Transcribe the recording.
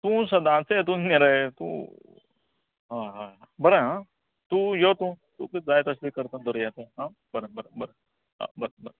तूं सदाचो ते हितून घे रे तूं हय हय बरें हां तूं यो तूं तुका जाय तशे करता करुया तूं बरें हां बरें बरें बरें आं बरें बरें